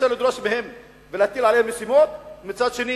אי-אפשר לדרוש מהם ולהטיל עליהם משימות ומצד שני